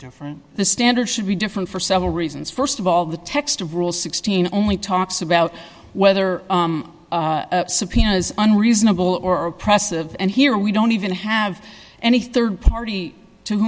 different the standard should be different for several reasons st of all the text of rule sixteen only talks about whether subpoenas unreasonable or oppressive and here we don't even have any rd party to